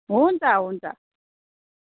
हुन्छ हुन्छ